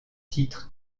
titre